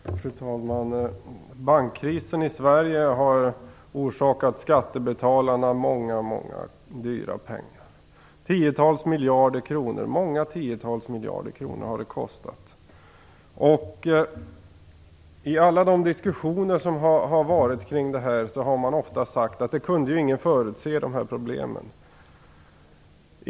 Fru talman! Bankkrisen i Sverige har kostat skattebetalarna många dyra pengar. Många tiotal miljarder har den kostat. I alla de diskussioner som har förts kring detta har man ofta sagt att ingen kunde förutse dessa problem.